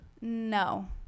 No